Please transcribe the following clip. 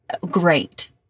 great